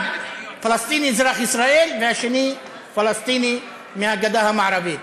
אחד פלסטיני אזרח ישראל והשני פלסטיני מהגדה המערבית.